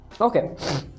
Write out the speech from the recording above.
okay